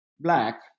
black